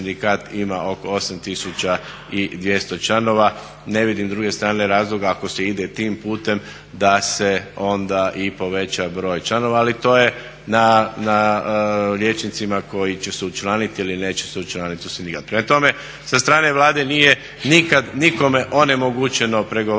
sindikat ima oko 8200 članova. Ne vidim s druge strane razloga, ako se ide tim putem, da se onda i poveća broj članova. Ali to je na liječnicima koji će se učlaniti ili neće se učlaniti u sindikat. Prema tome, sa strane Vlade nije nikad nikome onemogućeno pregovaranje,